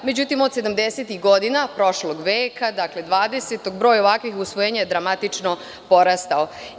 Međutim, od sedamdesetih godina prošlog veka, dakle dvadesetog, broj ovakvih usvojenja je dramatično porastao.